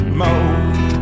mode